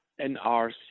NRC